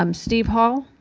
um steve hall?